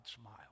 smile